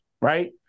right